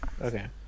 Okay